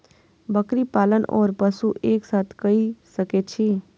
बकरी पालन ओर पशु एक साथ कई सके छी?